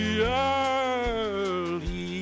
early